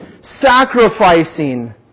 sacrificing